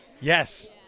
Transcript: Yes